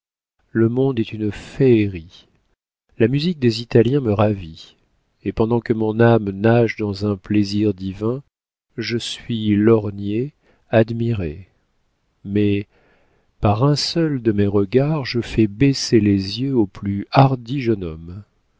le monde est une féerie la musique des italiens me ravit et pendant que mon âme nage dans un plaisir divin je suis lorgnée admirée mais par un seul de mes regards je fais baisser les yeux au plus hardi jeune homme